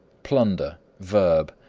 plunder, v.